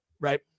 right